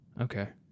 Okay